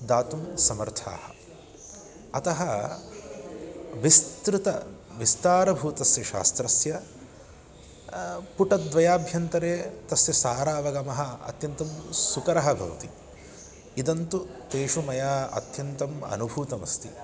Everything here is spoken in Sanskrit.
दातुं समर्थाः अतः विस्तृतं विस्तारभूतस्य शास्त्रस्य पुटद्वयाभ्यन्तरे तस्य सारावगमः अत्यन्तं सुकरः भवति इदन्तु तेषु मया अत्यन्तम् अनुभूतमस्ति